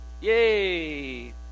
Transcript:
Yay